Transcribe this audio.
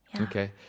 Okay